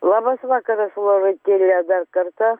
labas vakarasloretėle dar kartą